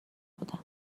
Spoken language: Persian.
بودن